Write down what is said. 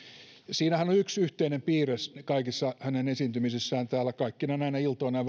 siinähän on on yksi yhteinen piirre kaikissa hänen esiintymisissään täällä kaikkina näinä iltoina